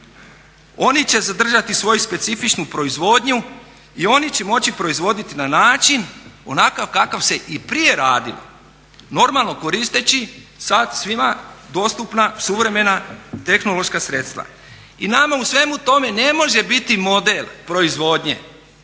Oni će zadržati svoju specifičnu proizvodnju i oni će moći proizvoditi na način onakav kakav se i prije radilo normalno koristeći sad svima dostupna suvremena tehnološka sredstva. I nama u svemu tome ne može biti model proizvodnje